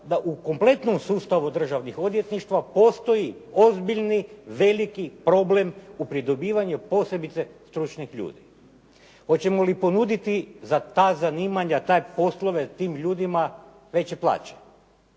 da u kompletnom sustavu državnih odvjetništva postoji ozbiljni, veliki problem u pridobivanju posebice stručnih ljudi. Hoćemo li ponuditi za ta zanimanja, te poslove tim ljudima veće plaće?